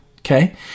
okay